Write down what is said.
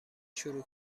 شروع